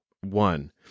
one